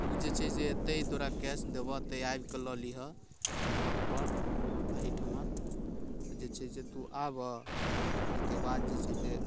तू जे छै से एते तोरा कैश देबह एते आबि के लऽ लीहऽ घर पर एहिठमन जे छै से तू आबऽ ओहिके बाद जे छै से